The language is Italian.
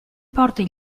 porti